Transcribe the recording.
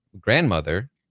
grandmother